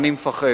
אני מפחד.